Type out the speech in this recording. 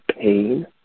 pain